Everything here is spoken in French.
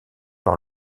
par